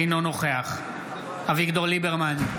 אינו נוכח אביגדור ליברמן,